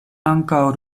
ankaŭ